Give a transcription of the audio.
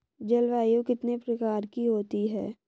जलवायु कितने प्रकार की होती हैं?